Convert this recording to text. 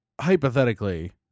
hypothetically